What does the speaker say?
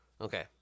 Okay